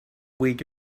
week